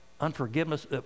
unforgiveness